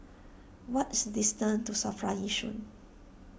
what is the distance to Safra Yishun